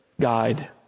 guide